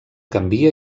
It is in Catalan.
canvia